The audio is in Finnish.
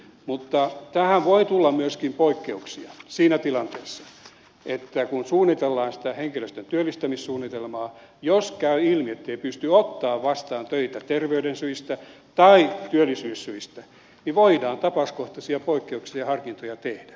mutta tähän voi tulla myöskin poikkeuksia siinä tilanteessa että kun suunnitellaan sitä henkilöstön työllistämissuunnitelmaa niin jos käy ilmi ettei pysty ottamaan vastaan töitä terveyssyistä tai työllisyyssyistä niin voidaan tapauskohtaisia poikkeuksia ja harkintoja tehdä te toimiston tasolla